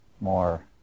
more